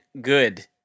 good